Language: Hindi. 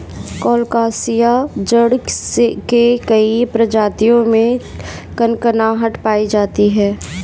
कोलोकासिआ जड़ के कई प्रजातियों में कनकनाहट पायी जाती है